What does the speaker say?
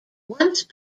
once